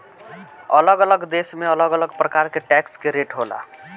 अलग अलग देश में अलग अलग प्रकार के टैक्स के रेट होला